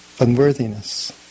Unworthiness